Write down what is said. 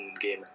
game